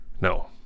No